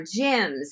gyms